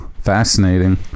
Fascinating